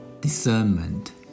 discernment